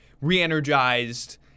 re-energized